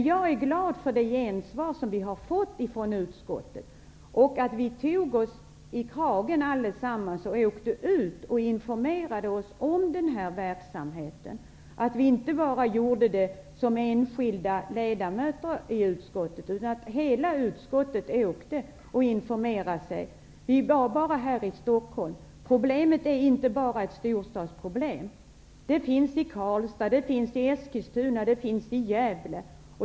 Jag är glad för det gensvar som vi har fått från utskottet och att vi allesammans tog oss i kragen och åkte ut och informerade oss om den här verksamheten. Vi gjorde det inte bara som enskilda ledamöter i utskottet, utan hela utskottet åkte. Vi var bara här i Stockholm, men problemet är inte bara ett storstadsproblem. Det finns i Karlstad, i Eskilstuna och i Gävle.